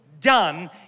done